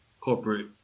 corporate